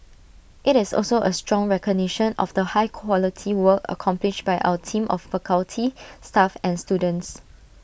IT is also A strong recognition of the high quality work accomplished by our team of faculty staff and students